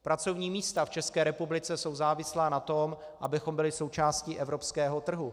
Pracovní místa v České republice jsou závislá na tom, abychom byli součástí evropského trhu.